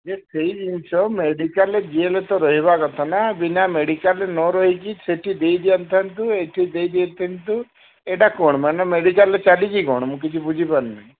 ଯେ ସେଇ ଜିନିଷ ମେଡ଼ିକାଲରେ ଯିଏ ହେଲେ ତ ରହିବା କଥା ନା ବିନା ମେଡ଼ିକାଲରେ ନ ରହିକି ସେଠି ଦେଇ ଦେଇ ଦେଇଥାନ୍ତୁ ଏଇଠି ଦେଇ ଦେଇଥାନ୍ତୁ ଏଇଟା କ'ଣ ମାନେ ମେଡ଼ିକାଲରେ ଚାଲିିଛି କ'ଣ ମୁଁ କିଛି ବୁଝିପାରୁିନି